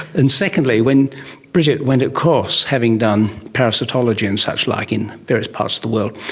and secondly, when bridget went of course, having done parasitology and suchlike in various parts of the world,